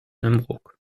nymburk